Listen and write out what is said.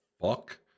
fuck